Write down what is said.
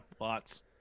lots